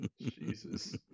Jesus